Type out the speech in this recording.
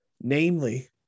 namely